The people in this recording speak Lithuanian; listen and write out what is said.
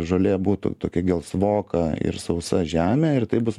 žolė būtų tokia gelsvoka ir sausa žemė ir taip bus